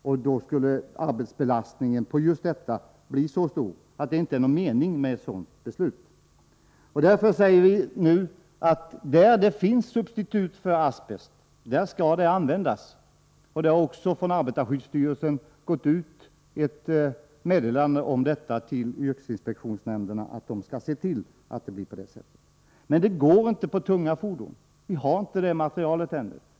Detta skulle medföra en så stor arbetsbelastning att det inte vore någon mening med ett sådant beslut. Därför säger vi nu att där det finns substitut för asbest skall det användas. Det har också från arbetarskyddsstyrelsen gått ut ett meddelande om detta till yrkesinspektionsnämnderna, vilket klargör att nämnderna skall se till att detta förfaringssätt tillämpas. Men det går inte att göra på detta sätt när det gäller tunga fordon. Vi har inte det erforderliga materialet ännu.